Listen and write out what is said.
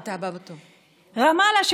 רמאללה,